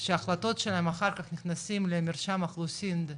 שהחלטות שלהם אחר כך נכנסים למרשם אוכלוסין,